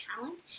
talent